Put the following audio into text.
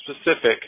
specific